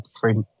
three